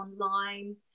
online